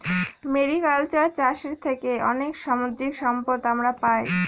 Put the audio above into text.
mariculture চাষের থেকে অনেক সামুদ্রিক সম্পদ আমরা পাই